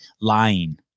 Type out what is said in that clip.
lying